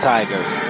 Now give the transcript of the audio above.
Tigers